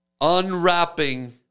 unwrapping